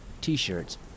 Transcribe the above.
t-shirts